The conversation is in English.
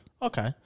Okay